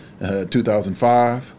2005